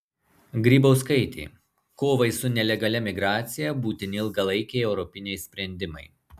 grybauskaitė kovai su nelegalia migracija būtini ilgalaikiai europiniai sprendimai